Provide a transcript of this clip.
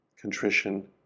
contrition